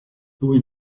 lui